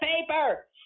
paper